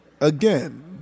again